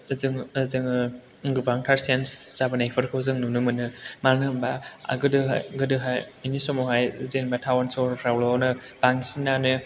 जों गोबांथार चेन्ज जाबोनायफोरखौ नुनो मोनो मानो होनबा गोदोहाय बिनि समावहाय जेनेबा टाउन सहरफ्रावल'नो बांसिनानो